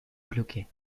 cloquet